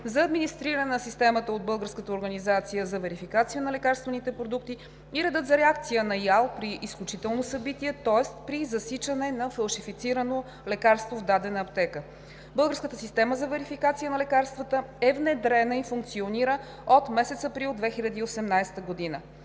за администриране на системата от Българската организация за верификация на лекарствените продукти и реда за реакция на Изпълнителната агенция по лекарствата при изключително събитие, тоест при засичане на фалшифицирано лекарство в дадена аптека. Българската система за верификация на лекарствата е внедрена и функционира от месец април 2018 г.